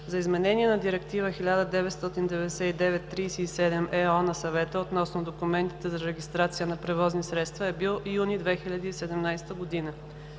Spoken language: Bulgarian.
за изменение на Директива 1999/37/ЕО на Съвета относно документите за регистрация на превозни средства е бил юни 2017 г.